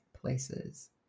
places